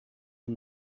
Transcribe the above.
not